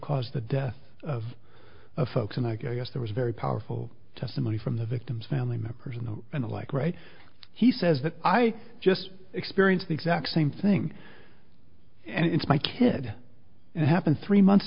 caused the death of a folks and i guess that was very powerful testimony from the victim's family members know and like right he says that i just experienced the exact same thing and it's my kid and it happened three months